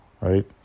right